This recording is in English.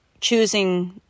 choosing